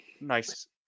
nice